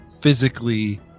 physically